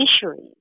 fisheries